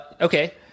Okay